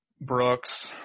Brooks